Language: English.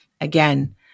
Again